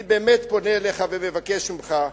אני באמת פונה אליך ומבקש ממך,